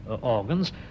organs